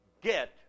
get